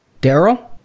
Daryl